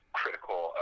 critical